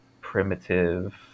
primitive